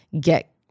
get